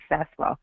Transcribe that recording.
successful